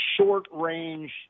short-range